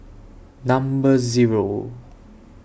Number Zero